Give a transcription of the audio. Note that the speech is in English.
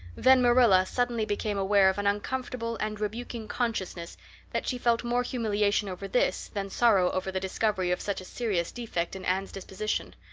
then marilla suddenly became aware of an uncomfortable and rebuking consciousness that she felt more humiliation over this than sorrow over the discovery of such a serious defect in anne's disposition.